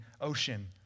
ocean